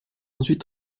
ensuite